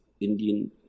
indian